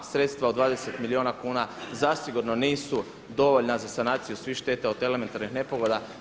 Sredstva od 20 milijuna kuna zasigurno nisu dovoljna za sanaciju svih šteta od elementarnih nepogoda.